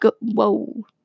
whoa